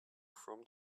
from